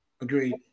agreed